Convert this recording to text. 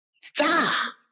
Stop